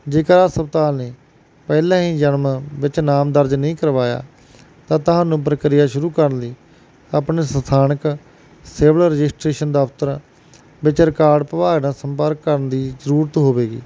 ਜੇਕਰ ਹਸਪਤਾਲ ਨੇ ਪਹਿਲਾਂ ਹੀ ਜਨਮ ਵਿੱਚ ਨਾਮ ਦਰਜ ਨਹੀਂ ਕਰਵਾਇਆ ਤਾਂ ਤੁਹਾਨੂੰ ਪ੍ਰਕਿਰਿਆ ਸ਼ੁਰੂ ਕਰਨ ਲਈ ਆਪਣੇ ਸਥਾਨਕ ਸਿਵਲ ਰਜਿਸਟਰੇਸ਼ਨ ਦਫ਼ਤਰ ਵਿਚ ਰਿਕਾਰਡ ਵਿਭਾਗ ਸੰਪਰਕ ਕਰਨ ਦੀ ਜ਼ਰੂਰਤ ਹੋਵੇਗੀ